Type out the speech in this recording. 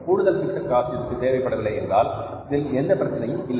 கூடுதலான fixed cost இதற்கு தேவைப்படவில்லை என்றால் இதில் எந்த பிரச்சினையும் இல்லை